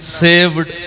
saved